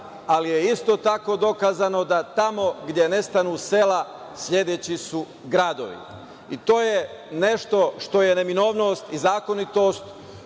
ali je isto tako dokazano da tamo gde nestanu sela sledeći su gradovi. I to je nešto što je neminovnost i zakonitost